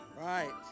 Right